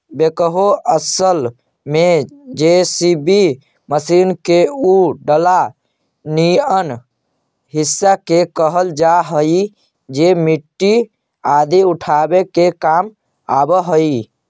backhoe असल में JCB machine के उ डला निअन हिस्सा के कहल जा हई जे मट्टी आदि उठावे के काम आवऽ हई